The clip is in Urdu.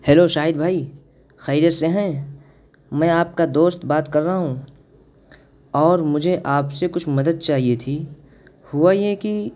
ہلو شاہد بھائی خیریت سے ہیں میں آپ کا دوست بات کر رہا ہوں اور مجھے آپ سے کچھ مدد چاہیے تھی ہوا یہ کہ